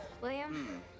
William